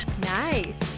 Nice